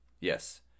Yes